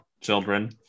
children